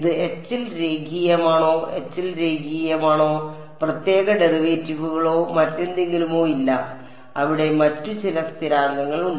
ഇത് H ൽ രേഖീയമാണോ H ൽ രേഖീയമാണോ പ്രത്യേക ഡെറിവേറ്റീവുകളോ മറ്റെന്തെങ്കിലുമോ ഇല്ല അവിടെ മറ്റു ചില സ്ഥിരാങ്കങ്ങൾ ഉണ്ട്